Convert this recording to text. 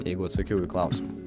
jeigu atsakiau į klausimą